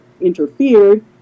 interfered